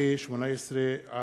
פ/3762/18.